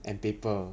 and paper